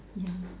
yeah